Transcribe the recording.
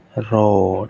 road